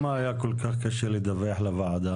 אז למה היה כל כך קשה לדווח לוועדה?